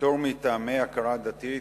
(פטור מטעמי הכרה דתית),